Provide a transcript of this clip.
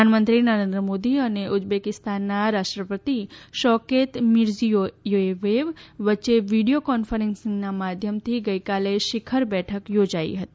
પ્રધાનમંત્રી નરેન્દ્ર મોદી અને ઉઝબેકીસ્તાનના રાષ્ટ્રપતિ શોકેત મિર્જીયોથેવ વચ્ચે વીડીયો કોન્ફરન્સીંગના માધ્યમથી ગઇકાલે શિખર બેઠક યોજાઇ હતી